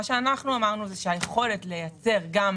אמרנו שהיכולת להקים את כל הדבר הזה ולייצר,